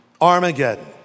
Armageddon